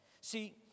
See